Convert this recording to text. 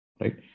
right